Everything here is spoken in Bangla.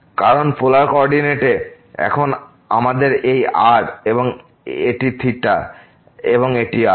কারণ পোলার কোঅরডিনেট এ এখন আমাদের এই r এবং এটি থেটা এবং এটি r